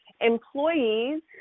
employees